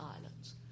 islands